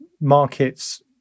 markets